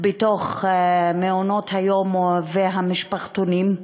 במעונות-יום ומשפחתונים,